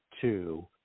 two